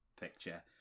picture